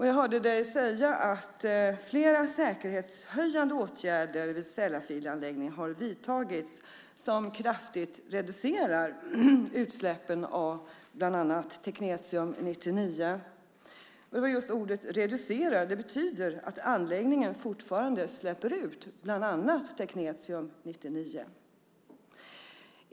Jag hörde dig säga att flera säkerhetshöjande åtgärder vid Sellafieldanläggningen har vidtagits som kraftigt reducerar utsläppen av bland annat teknetium-99. Just ordet "reducerar" betyder att anläggningen fortfarande släpper ut bland annat teknetium-99.